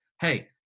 hey